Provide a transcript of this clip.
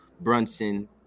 Brunson